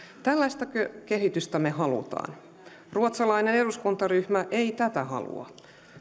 tällaistako kehitystä me haluamme ruotsalainen eduskuntaryhmä ei tätä halua